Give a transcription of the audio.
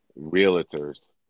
realtors